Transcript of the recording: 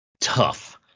Tough